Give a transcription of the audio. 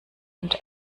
und